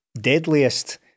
deadliest